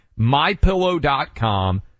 mypillow.com